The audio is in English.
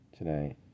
tonight